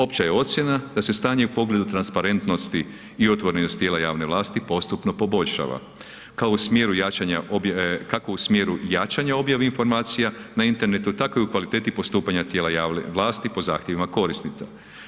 Opća je ocjena da se stanje u pogledu transparentnosti i otvorenosti tijela javne vlasti postupno poboljšava, kako u smjeru jačanja objave informacija na internetu, tako i u kvaliteti postupanja tijela javne vlasti po zahtjevima korisnika.